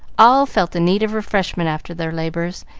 all felt the need of refreshment after their labors,